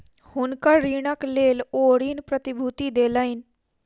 हुनकर ऋणक लेल ओ ऋण प्रतिभूति देलैन